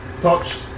touched